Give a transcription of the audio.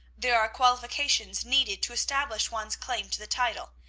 there are qualifications needed to establish one's claim to the title.